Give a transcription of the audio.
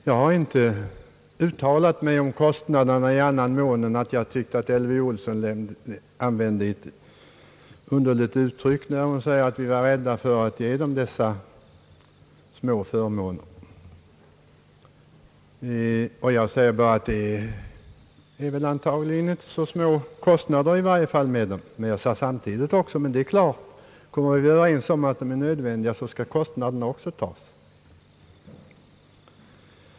Jag har inte uttalat mig om kostnaderna i annan mån än att jag ansåg att fru Elvy Olsson använde ett underligt uttryck när hon sade att vi var rädda för att ge de utvecklingsstörda dessa små förmåner. Kostnaderna är antagligen inte så små, men jag sade samtidigt att om vi kommer överens om att åtgärderna är nödvändiga, skall kostnaderna också tas.